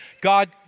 God